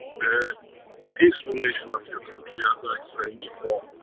the peaceful nation of your country as i explained before,